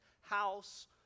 house